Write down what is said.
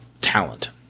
talent